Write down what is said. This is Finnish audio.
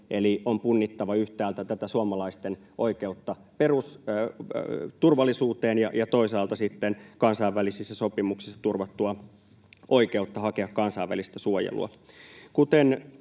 eli on punnittava yhtäältä tätä suomalaisten oikeutta perusturvallisuuteen ja toisaalta sitten kansainvälisissä sopimuksissa turvattua oikeutta hakea kansainvälistä suojelua.